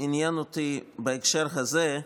עניין אותי בהקשר הזה.